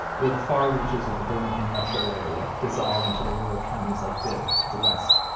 where the far reaches of the birmingham metro area dissolve into the rural counties like bibb to the west.